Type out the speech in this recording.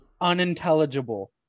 unintelligible